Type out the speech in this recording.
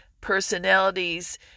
personalities